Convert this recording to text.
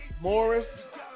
Morris